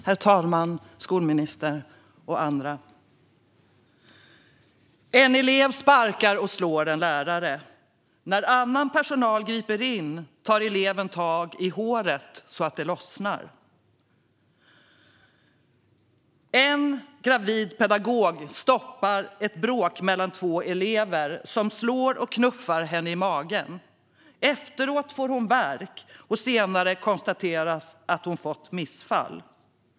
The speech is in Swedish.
Herr talman, skolministern och andra! En elev sparkar och slår en lärare. När annan personal griper in tar eleven tag i håret så att det lossnar. En gravid pedagog stoppar ett bråk mellan två elever, som slår och knuffar henne i magen. Efteråt får hon värk, och senare konstateras att hon fått missfall.